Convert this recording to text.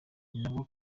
ninabwo